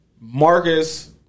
Marcus